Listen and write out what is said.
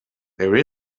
there